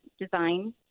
design